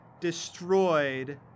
destroyed